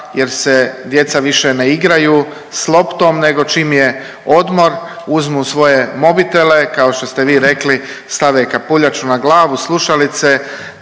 jer se djeca više ne igraju s loptom nego čim je odmor uzmu svoje mobitele i kao što ste vi rekli stave kapuljaču na glavu i slušalice